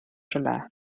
rhywle